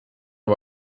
mal